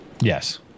yes